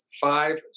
five